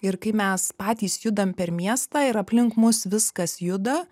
ir kai mes patys judam per miestą ir aplink mus viskas juda